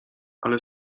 ale